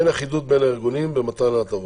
אין אחידות בין הארגונים במתן ההטבות.